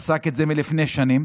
פסק את זה לפני שנים,